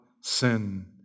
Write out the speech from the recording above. sin